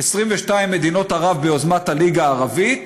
22 מדינות ערב, ביוזמת הליגה הערבית,